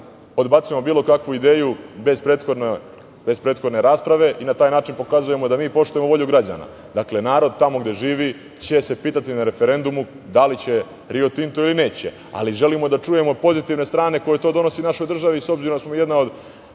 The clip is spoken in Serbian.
odbacujemo bilo kakvu ideju bez prethodne rasprave i na taj način pokazujemo da mi poštujemo volju građana. Dakle, narod tamo gde živi će se pitati na referendumu da li će "Rio Tinto" ili neće, ali želimo da čujemo i pozitivne stvari koje bi to donelo našoj državi, s obzirom da smo jedna od